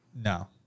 No